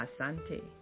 Asante